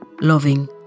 loving